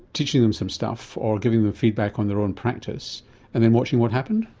teaching them some stuff or giving them feedback on their own practice and then watching what happened?